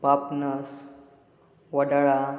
Papnas Wadala